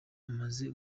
amaze